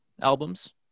albums